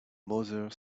mother